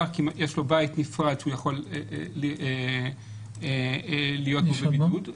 רק אם יש לו בית נפרד שהוא יכול לשהיות בו בבידוד,